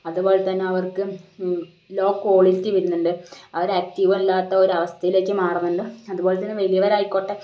അതുപോലെത്തന്നെ അവർക്ക് low quality വരുന്നുണ്ട് അവർ ആക്റ്റീവ് അല്ലാത്ത ഒരവസ്ഥയിലേക്ക് മാറുന്നുണ്ട് അതുപോലെത്തന്നെ വലിയവരായിക്കോട്ടെ